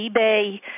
eBay